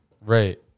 Right